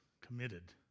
committed